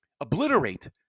obliterate